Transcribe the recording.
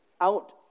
out